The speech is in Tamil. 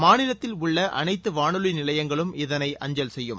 மாநிலத்தில் உள்ள அனைத்து வானொலி நிலையங்களும் இதனை அஞ்சல் செய்யும்